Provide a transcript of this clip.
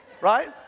Right